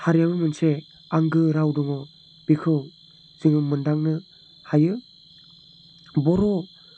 हारियाबो मोनसे आंगो राव दङ बेखौ जोङो मोनदांनो हायो बर'